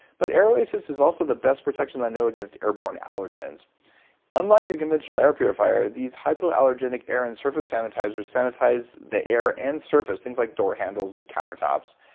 but air oasis is also the best protection i know against airborne allergens unlike a conventional air purifier these hypoallergenic air and surface sanitizers sanitize the air and surface, things like door handles and countertops.